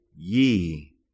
ye